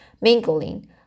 mingling